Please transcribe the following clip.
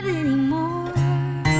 anymore